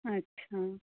अच्छा